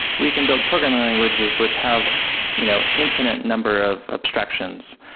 we can build programming languages, which have you know infinite number of abstractions,